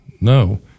no